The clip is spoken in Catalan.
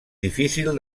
difícil